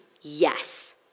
yes